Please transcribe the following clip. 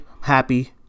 happy